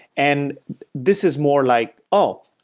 and this is more like, oh!